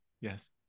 Yes